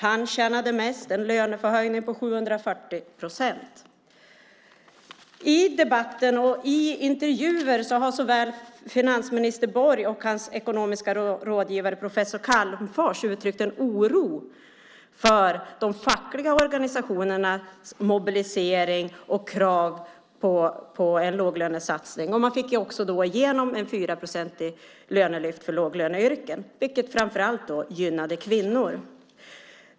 Han tjänade mest, en lönehöjning på 740 procent. I debatten och i intervjuer har såväl finansminister Borg som hans ekonomiska rådgivare professor Calmfors uttryckt oro över de fackliga organisationernas mobilisering och krav på en låglönesatsning. Man fick också igenom ett 4-procentigt lönelyft för låglöneyrken, vilket framför allt gynnade kvinnor.